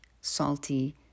salty